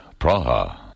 Praha